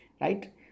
Right